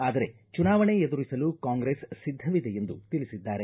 ಆದರೆ ಚುನಾವಣೆ ಎದುರಿಸಲು ಕಾಂಗ್ರೆಸ್ ಸಿದ್ದವಿದೆ ಎಂದು ತಿಳಿಸಿದ್ದಾರೆ